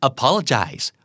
Apologize